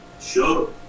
Sure